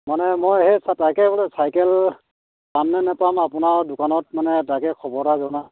মানে মই সেই চাই তাকে বোলো চাইকেল পাম নে নাপাম আপোনাৰ দোকানত মানে তাকে খবৰ এটা জনাও